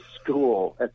school